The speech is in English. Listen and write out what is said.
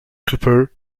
cooper